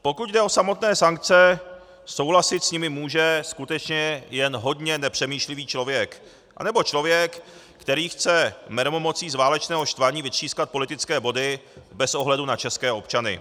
Pokud jde o samotné sankce, souhlasit s nimi může skutečně jen hodně nepřemýšlivý člověk anebo člověk, který chce mermomocí z válečného štvaní vytřískat politické body bez ohledu na české občany.